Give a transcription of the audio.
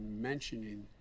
mentioning